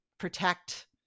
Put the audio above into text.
protect